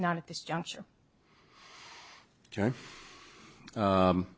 not at this juncture